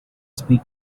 speak